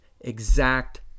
exact